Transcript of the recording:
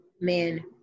man